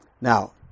Now